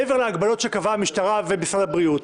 מעבר להגבלות שקבעה הממשלה ומשרד הבריאות.